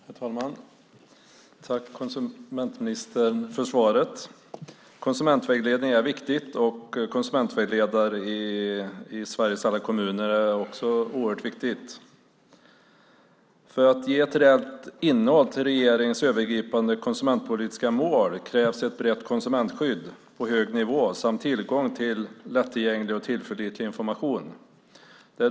Herr talman! Tack, konsumentministern, för svaret! Konsumentvägledning är viktigt, och att det finns konsumentvägledare i Sveriges alla kommuner är också oerhört viktigt. För att ge ett reellt innehåll till regeringens övergripande konsumentpolitiska mål krävs ett brett konsumentskydd på hög nivå samt tillgång till lättillgänglig och tillförlitlig information.